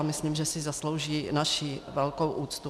Myslím si, že si zaslouží naši velkou úctu.